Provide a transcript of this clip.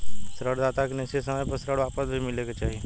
ऋण दाता के निश्चित समय पर ऋण वापस भी मिले के चाही